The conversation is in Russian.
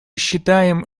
считаем